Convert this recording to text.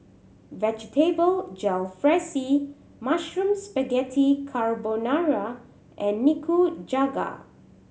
Vegetable Jalfrezi Mushroom Spaghetti Carbonara and Nikujaga